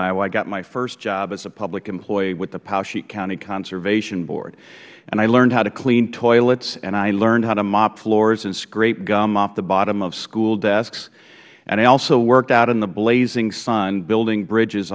iowa i got my first job as a public employee with the powesheik county conservation board and i learned how to clean toilets and i learned how to mop floors and scrape gum off the bottom of school desks and i also worked out in the blazing sun building bridges